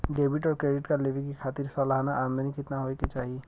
Debit और credit card लेवे के खातिर सलाना आमदनी कितना हो ये के चाही?